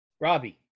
Robbie